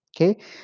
okay